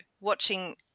watching